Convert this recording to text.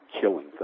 killing